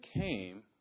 came